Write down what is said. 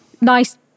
nice